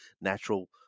natural